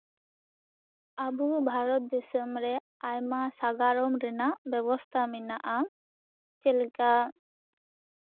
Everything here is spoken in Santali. ᱟᱵᱚ ᱵᱷᱟᱨᱚᱛ ᱫᱤᱥᱚᱢ ᱨᱮ ᱟᱭᱢᱟ ᱥᱟᱜᱟᱲᱚᱢ ᱨᱮᱱᱟᱜ ᱵᱮᱵᱚᱥᱛᱟ ᱢᱮᱱᱟᱜᱼᱟ ᱪᱮᱫᱞᱮᱠᱟ